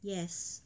yes